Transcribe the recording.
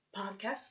podcast